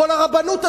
ניצן,